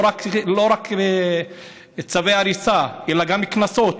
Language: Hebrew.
לא רק צווי הריסה אלא גם קנסות.